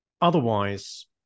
Otherwise